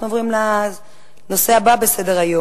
אנחנו עוברים לנושא הבא בסדר-היום: